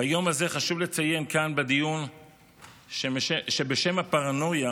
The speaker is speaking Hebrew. ביום הזה חשוב לציין כאן בדיון שבשם הפרנויה